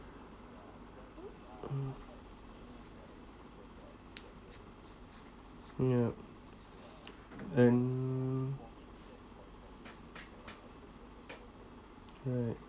yup and right